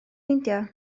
meindio